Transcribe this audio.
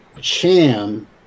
Cham